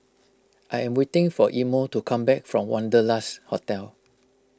I am waiting for Imo to come back from Wanderlust Hotel